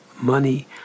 money